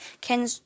can-